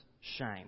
shame